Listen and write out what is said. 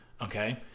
Okay